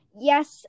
Yes